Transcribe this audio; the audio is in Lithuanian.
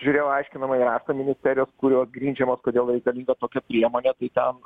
žiūrėjau aiškinamąjį raštą ministerijos kuriuo grindžiama kodėl reikalinga tokia priemonė kai ten